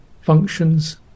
functions